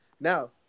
Now